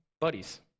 buddies